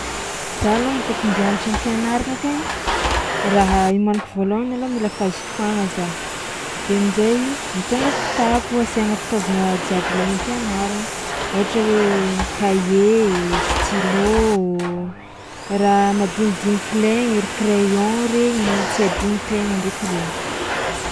Za alôny kaofa andia hianatra am-pianaragnakahy raha homaniko voalôhany alôha mila fahazotoagna za, avy eo amin-jay mitogna kitapo asiàgna fitaovagna jiaby ilaigna am-pianaragna ôhatra hoe kahie, stylo, raha madinidiniky ilaigny ery crayon regny tsy adinin-tegna ndraiky regny.